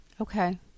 Okay